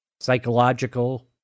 psychological